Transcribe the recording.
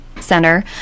center